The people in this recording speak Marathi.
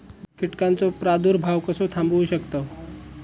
कीटकांचो प्रादुर्भाव कसो थांबवू शकतव?